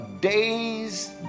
day's